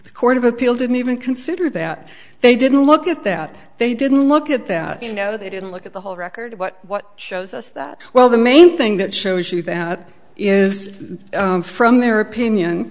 court of appeal didn't even consider that they didn't look at that they didn't look at that you know they didn't look at the whole record but what shows us that well the main thing that shows you that is from their opinion